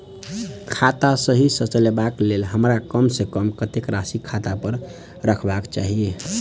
खाता सही सँ चलेबाक लेल हमरा कम सँ कम कतेक राशि खाता पर रखबाक चाहि?